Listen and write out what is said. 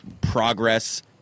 progress